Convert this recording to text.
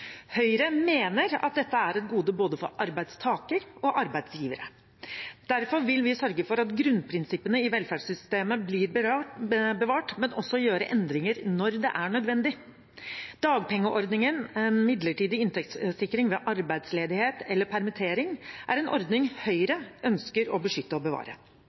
Høyre mener at dette er et gode både for arbeidstakere og for arbeidsgivere. Derfor vil vi sørge for at grunnprinsippene i velferdssystemet blir bevart, men også gjøre endringer når det er nødvendig. Dagpengeordningen, en midlertidig inntektssikring ved arbeidsledighet eller permittering, er en ordning Høyre ønsker å beskytte og bevare.